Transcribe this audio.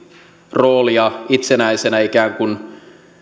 roolia itsenäisenä ikään kuin